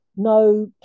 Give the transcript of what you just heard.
no